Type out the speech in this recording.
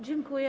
Dziękuję.